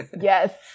Yes